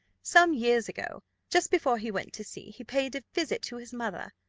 some years ago, just before he went to sea, he paid a visit to his mother,